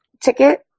ticket